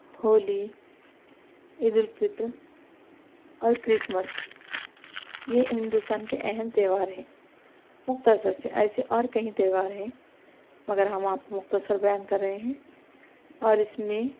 ہولی عیدالفطر اور کرسمس یہ ہندوستان کے اہم تیوہار ہیں مختصر سے ایسے اور کئی تیوہار ہیں مگر ہم آپ کو مختصر بیان کر رہے ہیں اور اس میں